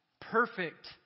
perfect